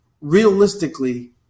realistically